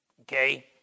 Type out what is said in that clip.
okay